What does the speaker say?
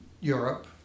Europe